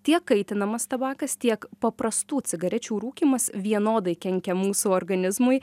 tiek kaitinamas tabakas tiek paprastų cigarečių rūkymas vienodai kenkia mūsų organizmui